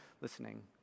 listening